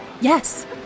Yes